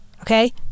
Okay